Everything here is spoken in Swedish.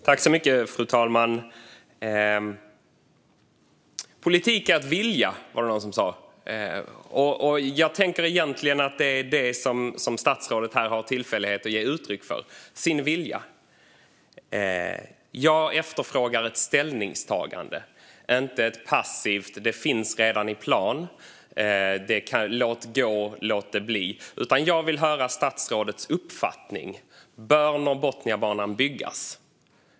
Fru talman! Politik är att vilja, var det någon som sa, och det är egentligen det - statsrådets vilja - som statsrådet här har tillfälle att ge yttryck för. Jag efterfrågar ett ställningstagande - inte ett passivt "Det finns redan i planen", "Låt gå" eller "Låt det bli". Jag vill höra statsrådets uppfattning. Bör Norrbotniabanan byggas?